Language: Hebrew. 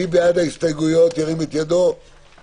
מוריד את ההסתייגויות להצבעה, רק לרשות דיבור.